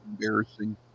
embarrassing